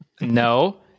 no